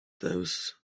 those